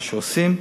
מה שעושים,